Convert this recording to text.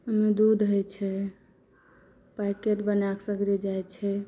ओहिमे दूध होइ छै पैकेट बना कऽ सगरे जाइ छै